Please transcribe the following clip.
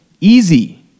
easy